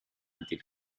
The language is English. until